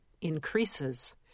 increases